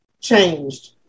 changed